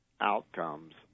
outcomes